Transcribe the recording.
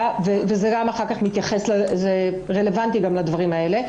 וזה גם רלוונטי לדברים האלה.